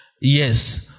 Yes